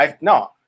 No